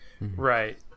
right